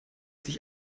sich